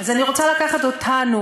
אז אני רוצה לקחת אותנו